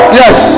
yes